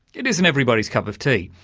it isn't everybody's cup of tea,